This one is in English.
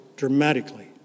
dramatically